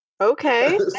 okay